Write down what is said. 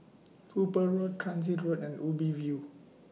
Hooper Road Transit Road and Ubi View